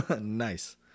Nice